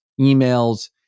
emails